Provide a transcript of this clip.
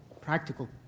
practical